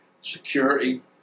security